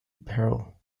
perl